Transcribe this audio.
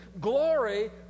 glory